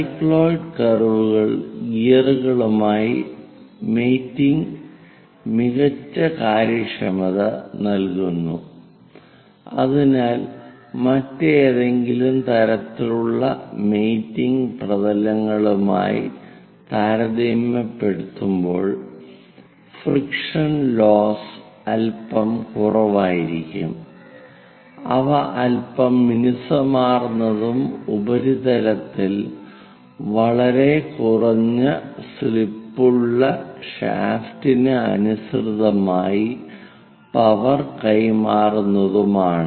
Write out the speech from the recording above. cycloid കർവുകൾ ഗിയറുകളുമായി mating മികച്ച കാര്യക്ഷമത നൽകുന്നു അതിനാൽ മറ്റേതെങ്കിലും തരത്തിലുള്ള മേറ്റിങ് പ്രതലങ്ങളുമായി താരതമ്യപ്പെടുത്തുമ്പോൾ ഫ്രിക്ഷൻ ലോസ്സ് അൽപ്പം കുറവായിരിക്കും അവ അൽപ്പം മിനുസമാർന്നതും ഉപരിതലത്തിൽ വളരെ കുറഞ്ഞ സ്ലിപ്പുള്ള ഷാഫ്റ്റിന് അനുസൃതമായി പവർ കൈമാറുന്നതുമാണ്